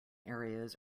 areas